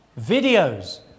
videos